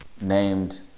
named